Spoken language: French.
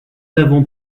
n’avons